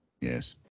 Yes